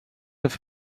have